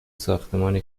ساختمان